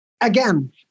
again